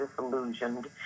disillusioned